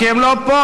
כי הם לא פה.